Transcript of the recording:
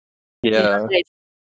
yeah